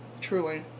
Truly